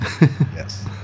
Yes